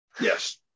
Yes